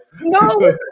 No